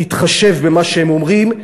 תתחשב במה שהם אומרים,